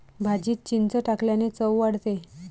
भाजीत चिंच टाकल्याने चव वाढते